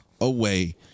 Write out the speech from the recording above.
away